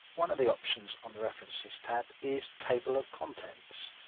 one of the options on the references tab is table of contents.